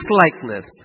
likeness